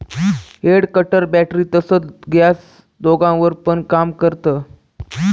head cutter battery तसच gas दोघांवर पण काम करत